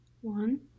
One